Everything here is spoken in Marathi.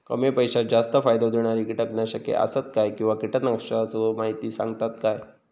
कमी पैशात जास्त फायदो दिणारी किटकनाशके आसत काय किंवा कीटकनाशकाचो माहिती सांगतात काय?